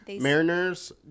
Mariners